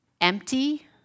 empty